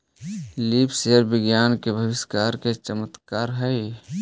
leaf sensor विज्ञान के आविष्कार के चमत्कार हेयऽ